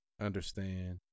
understand